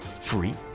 free